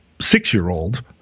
six-year-old